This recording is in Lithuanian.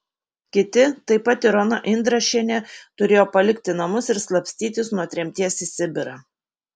kiti taip pat ir ona indrašienė turėjo palikti namus ir slapstytis nuo tremties į sibirą